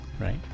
right